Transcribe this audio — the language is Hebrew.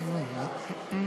(ימי המנוחה),